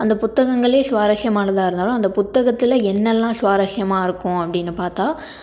அந்த புத்தகங்களே சுவாரஸ்யமானதாக இருந்தாலும் அந்த புத்தகத்தில் என்னெல்லாம் சுவாரஸ்யமாக இருக்கும் அப்படின்னு பார்த்தா